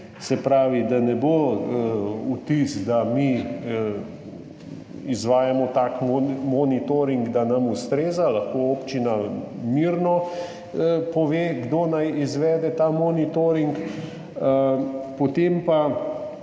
se pravi, da ne bo vtisa, da mi izvajamo tak monitoring, da ustreza nam, lahko občina mirno pove, kdo naj izvede ta monitoring. Potem pa